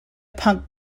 punk